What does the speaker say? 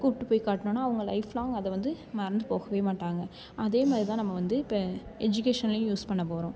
கூப்பிட்டு போய் காட்டினோம்னா அவங்க லைஃப் லாங் அதை வந்து மறந்து போகவே மாட்டாங்க அதே மாதிரி தான் நம்ம வந்து இப்ப எஜிகேசன்லேயும் யூஸ் பண்ண போகிறோம்